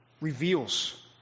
reveals